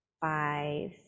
five